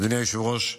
אדוני היושב-ראש,